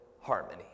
harmony